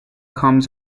comes